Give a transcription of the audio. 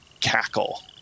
cackle